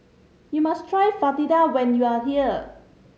you must try Fritada when you are here